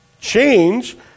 change